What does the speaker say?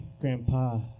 Grandpa